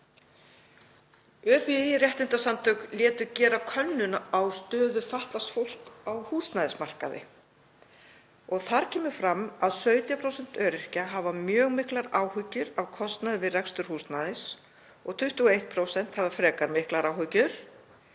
ÖBÍ réttindasamtök létu gera könnun á stöðu fatlaðs fólks á húsnæðismarkaði. Þar kemur fram að 17% öryrkja hafa mjög miklar áhyggjur af kostnaði við rekstur húsnæðis og 21% hefur frekar miklar áhyggjur,